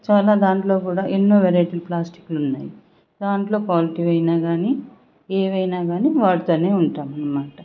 చాలా దాంట్లో కూడా ఎన్నో వెరైటీలు ప్లాస్టిక్లు ఉన్నాయి దాంట్లో క్వాలిటీ ఏవైనా కానీ ఏవైనా కానీ వాడతానే ఉంటామన్నమాట